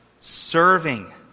serving